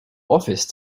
office